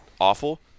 awful